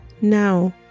now